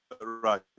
right